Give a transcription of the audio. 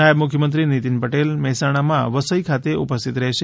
નાયબ મુખ્યમંત્રી નીતીન પટેલ મહેસાણા જિલ્લામાં વસઈ ખાતે ઉપસ્થિત રહેશે